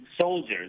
soldiers